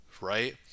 right